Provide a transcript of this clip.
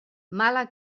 mala